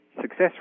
success